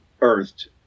earthed